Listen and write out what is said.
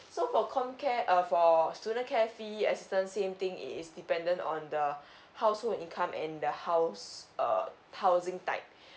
so for comcare uh for student care fee assistance same thing it is dependent on the household income and the house err housing type